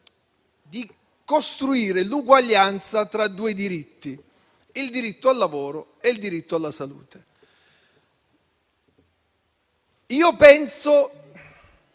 di costruire l'uguaglianza tra due diritti, il diritto al lavoro e il diritto alla salute. Io penso